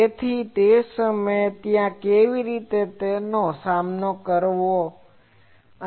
તેથી તે સમયે ત્યાં કેવી રીતે તેનો સામનો કરવાની રીતો છે